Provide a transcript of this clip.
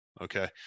okay